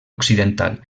occidental